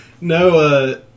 No